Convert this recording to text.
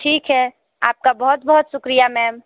ठीक है आपका बहुत बहुत शुक्रिया मैम